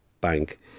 bank